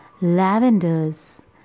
lavenders